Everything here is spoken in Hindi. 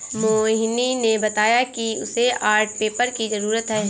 मोहिनी ने बताया कि उसे आर्ट पेपर की जरूरत है